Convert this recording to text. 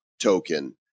token